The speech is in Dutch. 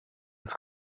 het